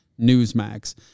Newsmax